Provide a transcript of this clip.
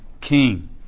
king